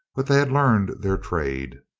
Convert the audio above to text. but they had learned their trade.